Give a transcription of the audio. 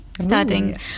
starting